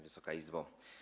Wysoka Izbo!